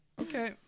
Okay